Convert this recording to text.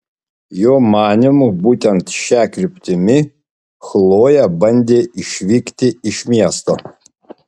jo manymu būtent šia kryptimi chlojė bandė išvykti iš miesto